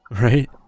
right